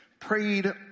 prayed